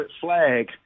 flag